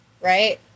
right